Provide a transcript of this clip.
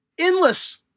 Endless